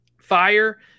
Fire